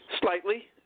Slightly